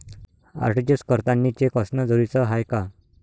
RTGS करतांनी cheque असनं जरुरीच हाय का?